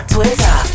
Twitter